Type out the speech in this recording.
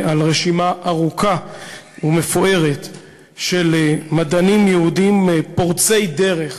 ברשימה ארוכה ומפוארת של מדענים יהודים פורצי דרך,